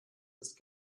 ist